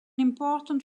important